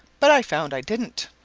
but i found i didn't.